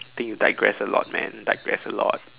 I think you digress a lot man digress a lot